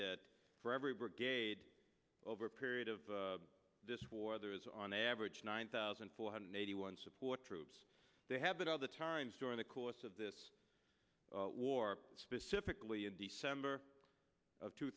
that for every brigade over a period of this war there is on average nine thousand four hundred eighty one support troops they have been other times during the course of this war specifically in december of two